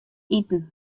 iten